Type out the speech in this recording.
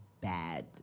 bad